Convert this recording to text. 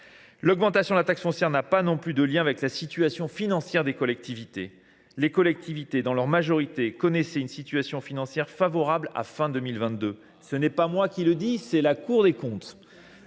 L’augmentation de la taxe foncière n’a pas non plus de lien avec la situation financière des collectivités. Celles-ci, dans leur majorité, connaissaient une situation financière favorable à la fin de 2022. C’est la Cour des comptes